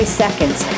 seconds